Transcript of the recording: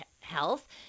health